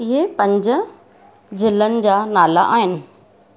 इहे पंज ज़िलनि जा नाला आहिनि